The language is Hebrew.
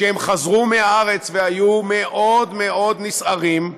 כשהם חזרו מהארץ והיו מאוד מאוד נסערים.